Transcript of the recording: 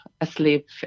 asleep